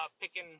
picking